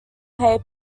pay